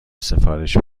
سفارش